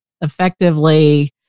effectively